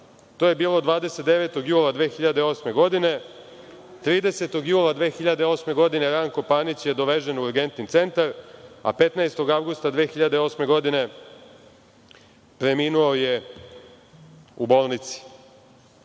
To je bilo 29. jula 2008. godine, 30. jula 2008. godine Ranko Panić je dovežen u Urgentni centar, a 15. avgusta 2008. godine preminuo je u bolnici.